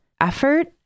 effort